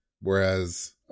whereas